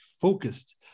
focused